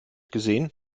gesehen